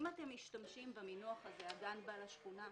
נוסיף את המילה "טבעיים".